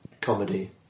comedy